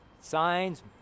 Signs